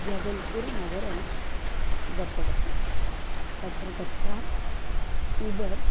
जबल्पुरनगरं गतवती तत्र गत्वा ऊबर्